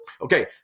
Okay